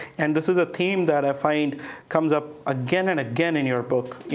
and this is a theme that i find comes up again and again in your book.